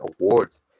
awards